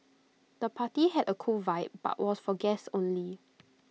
the party had A cool vibe but was for guests only